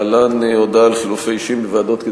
הודעה על חילופי אישים בוועדות,